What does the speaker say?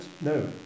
No